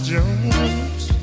Jones